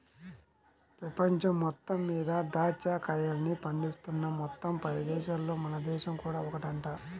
పెపంచం మొత్తం మీద దాచ్చా కాయల్ని పండిస్తున్న మొత్తం పది దేశాలల్లో మన దేశం కూడా ఒకటంట